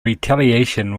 retaliation